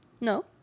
no